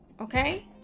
okay